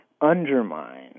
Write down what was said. undermine